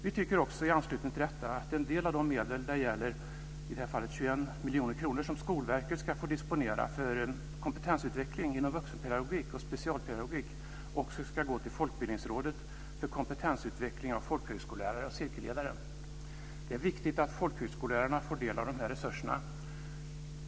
Vi tycker också i anslutning till detta att en del av de medel, det gäller i det här fallet 21 miljoner kronor, som Skolverket ska få disponera för kompetensutveckling inom vuxenpedagogik och specialpedagogik ska gå till Folkbildningsrådet för kompetensutveckling av folkhögskolelärare och cirkelledare. Det är viktigt att folkhögskolelärarna får del av de här resurserna.